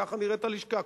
כך נראית הלשכה,